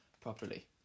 properly